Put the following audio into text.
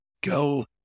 Go